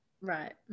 Right